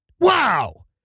Wow